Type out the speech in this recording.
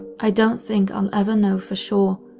i don't think i'll ever know for sure,